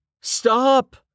Stop